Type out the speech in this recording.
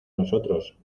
nosotros